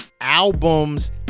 albums